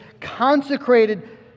consecrated